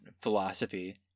philosophy